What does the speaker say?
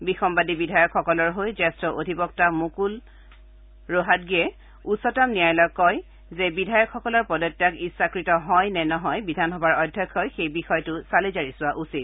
বিসম্বাদী বিধায়কসকলৰ হৈ জ্যেষ্ঠ অধিবক্তা মুকুল ৰোহাটগিয়ে উচ্চতম ন্যায়ালয়ক কয় যে বিধায়কসকলৰ পদত্যাগ ইচ্ছাকত হয় নে নহয় বিধানসভাৰ অধ্যক্ষই সেই বিষয়টো চালিজাৰি চোৱা উচিত